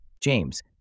James